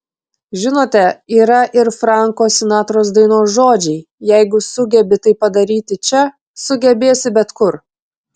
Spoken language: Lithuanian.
žinote yra ir franko sinatros dainos žodžiai jeigu sugebi tai padaryti čia sugebėsi bet kur